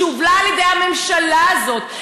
שהובלה על-ידי הממשלה הזאת,